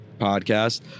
podcast